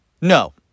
no